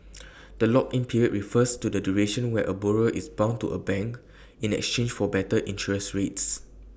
the lock in period refers to the duration where A borrower is bound to A bank in exchange for better interest rates